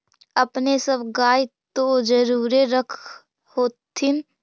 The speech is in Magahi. अपने सब गाय तो जरुरे रख होत्थिन?